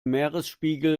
meeresspiegel